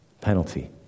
penalty